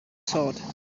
thought